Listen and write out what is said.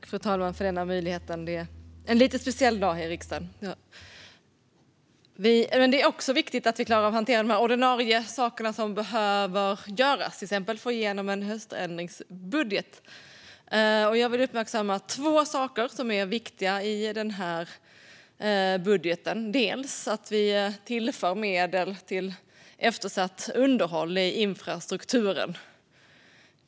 Fru talman! Det är också viktigt att vi klarar att hantera de ordinarie saker som behöver göras, till exempel att få igenom en höständringsbudget. Jag vill uppmärksamma två saker som är viktiga i höständringsbudgeten. Det ena är att vi tillför medel till eftersatt underhåll i infrastrukturen.